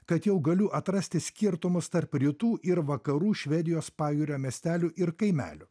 kad jau galiu atrasti skirtumus tarp rytų ir vakarų švedijos pajūrio miestelių ir kaimelių